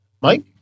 Mike